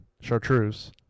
chartreuse